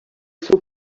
seu